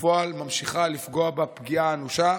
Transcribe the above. בפועל היא ממשיכה לפגוע בה פגיעה אנושה,